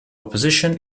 opposition